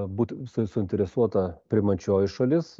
būt suinteresuota priimančioji šalis